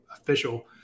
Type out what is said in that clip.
official